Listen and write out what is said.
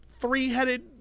three-headed